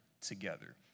together